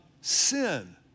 sin